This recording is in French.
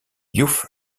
diouf